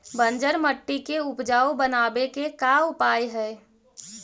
बंजर मट्टी के उपजाऊ बनाबे के का उपाय है?